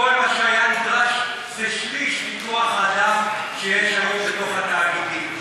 כל מה שהיה נדרש זה שליש מכוח-האדם שיש כיום בתאגידים.